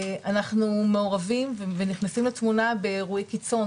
אנחנו מעורבים ונכנסים לתמונה באירועי קיצון,